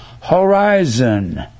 horizon